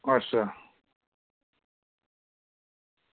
अच्छा